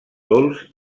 dolç